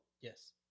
yes